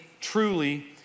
truly